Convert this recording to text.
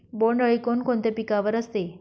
बोंडअळी कोणकोणत्या पिकावर असते?